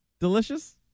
Delicious